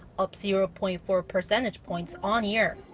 up zero-point-four percentage points on-year.